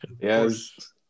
Yes